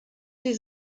sie